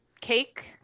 cake